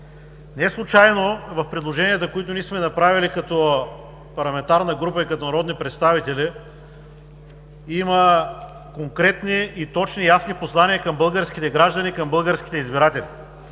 Неслучайно в предложенията, които сме направили като парламентарна група и като народни представители, има конкретни, точни и ясни послания към българските граждани, към българските избиратели,